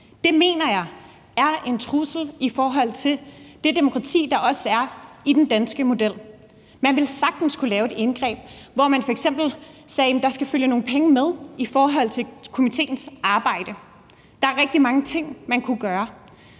mener jeg er en trussel i forhold til det demokrati, der også er i den danske model. Man ville sagtens kunne lave et indgreb, hvor man f.eks. sagde, at der skal følge nogle penge med i forhold til komitéens arbejde. Der er rigtig mange ting, man kunne gøre,